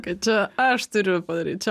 kad čia aš turiu padaryt čia